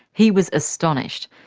he was astonished.